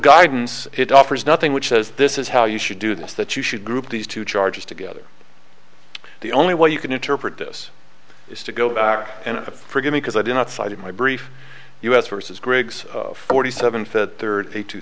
guidance it offers nothing which says this is how you should do this that you should group these two charges together the only way you can interpret this is to go back and to forgive me because i did not cite in my brief us versus griggs forty seven hundred thirty two